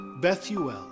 Bethuel